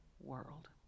world